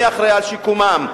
מי אחראי על שיקומם?